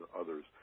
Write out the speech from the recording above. others